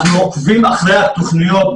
אנחנו עוקבים אחר התוכניות,